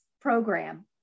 program